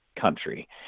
country